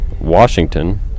Washington